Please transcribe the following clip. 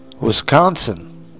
Wisconsin